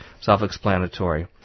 self-explanatory